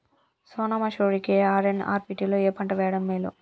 సోనా మాషురి కి ఆర్.ఎన్.ఆర్ వీటిలో ఏ పంట వెయ్యడం మేలు?